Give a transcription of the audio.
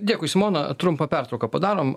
dėkui simona trumpą pertrauką padarom